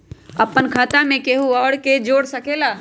अपन खाता मे केहु आर के जोड़ सके ला?